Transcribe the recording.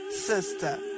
Sister